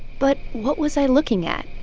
but what was i looking at?